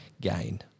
gain